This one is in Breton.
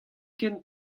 ken